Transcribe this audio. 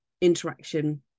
interaction